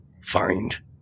Find